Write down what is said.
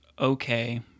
okay